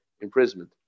imprisonment